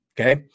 okay